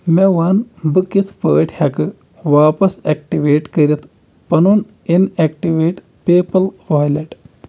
مےٚ وَن بہٕ کِتھ پٲٹھۍ ہٮ۪کہٕ واپس اٮ۪کٹِویٹ کٔرِتھ پنُن in activate PayPal wallet